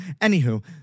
Anywho